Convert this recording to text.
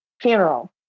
funeral